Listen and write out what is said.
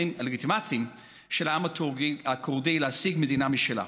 הלגיטימיים של העם הכורדי להשיג מדינה משלו.